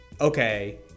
okay